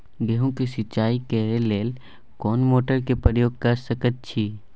गेहूं के सिंचाई करे लेल कोन मोटर के प्रयोग कैर सकेत छी?